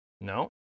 No